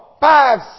five